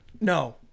no